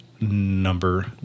number